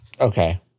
Okay